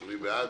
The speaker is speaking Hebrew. מי בעד?